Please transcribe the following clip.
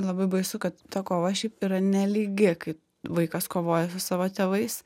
labai baisu kad ta kova šiaip yra nelygi kai vaikas kovoja su savo tėvais